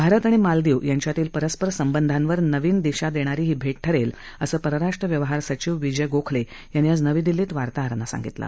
भारत आणि मालदीव यांच्यातील परस्पर संबंधांवर नवीन दिशा देणारी ही भेट ठरेल असं परराष्ट्र व्यवहार सचिव विजय गोखले यांनी आज नवी दिल्लीत वार्ताहरांना सांगितलं